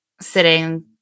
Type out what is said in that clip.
sitting